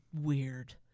weird